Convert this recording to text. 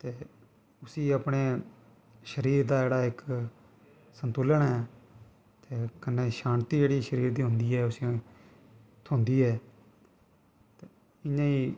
ते उस्सी अपने शरीर दा जेह्ड़ा इक संतुलन ऐ ते कन्नै शांति जेह्ड़ी शरीर दी होंदी ऐ उस्सी थ्होंदी ऐ इ'यां गै